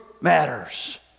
matters